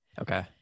Okay